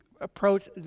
approach